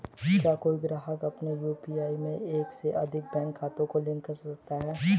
क्या कोई ग्राहक अपने यू.पी.आई में एक से अधिक बैंक खातों को लिंक कर सकता है?